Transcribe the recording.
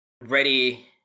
ready